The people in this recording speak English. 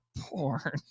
porn